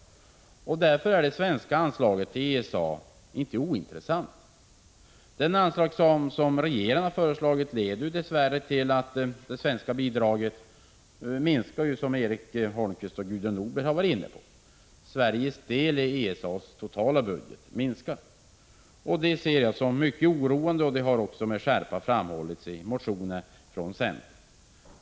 Därför är det svenska anslaget till ESA inte ointressant. Den anslagsram som regeringen har föreslagit leder dess värre till att det svenska bidraget till ESA:s totala budget minskar, vilket Erik Holmkvist och Gudrun Norberg har varit inne på. Detta ser jag som mycket oroande, och det har också med skärpa framhållits i motioner från centern.